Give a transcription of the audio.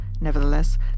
Nevertheless